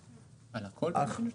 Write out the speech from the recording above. על הכל אתם עושים?